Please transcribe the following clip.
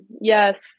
Yes